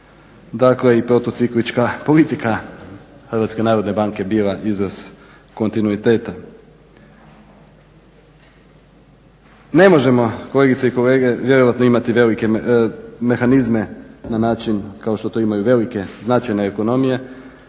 dakle i protuciklička politika HNB-a bila izraz kontinuiteta. Ne možemo, kolegice i kolege, vjerojatno imati velike mehanizme na način kao što to imaju velike značajne ekonomije